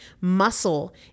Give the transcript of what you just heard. Muscle